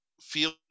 feel